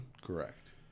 Correct